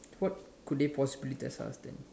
what could they possibly test us then